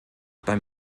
beim